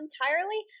entirely